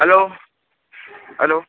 hello hello